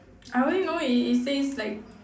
I only know it it says like